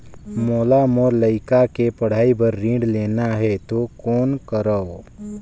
मोला मोर लइका के पढ़ाई बर ऋण लेना है तो कौन करव?